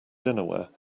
dinnerware